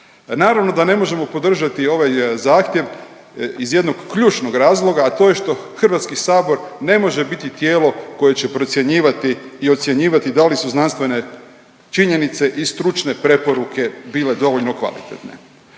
Naravno da ne možemo podržati ovaj zahtjev iz jednog ključnog razloga, a to je što HS ne može biti tijelo koje će procjenjivati i ocjenjivati da li su znanstvene činjenice i stručne preporuke bile dovoljno kvalitetne.